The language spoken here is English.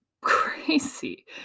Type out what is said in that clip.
crazy